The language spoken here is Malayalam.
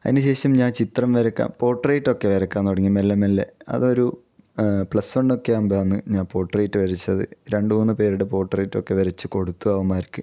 അതിനു ശേഷം ഞാൻ ചിത്രം വരക്കുക പോട്ടറേറ്റൊക്കെ വരക്കാൻ തുടങ്ങി മെല്ലെ മെല്ലെ അതൊരു പ്ലസ് വൺ ഒക്കെ ആകുമ്പോൾ ആണ് ഞാൻ പോട്ടറേറ്റ് വരച്ചത് രണ്ട് മൂന്ന് പേരുടെ പോട്ടറേറ്റൊക്കെ വരച്ച് കൊടുത്തു അവന്മാർക്ക്